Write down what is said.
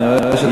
נראה לי,